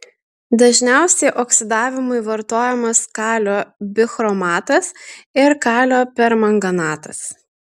dažniausiai oksidavimui vartojamas kalio bichromatas ir kalio permanganatas